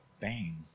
bang